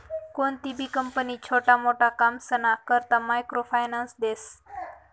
कोणतीबी कंपनी छोटा मोटा कामसना करता मायक्रो फायनान्स देस